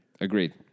Agreed